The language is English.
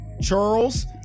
Charles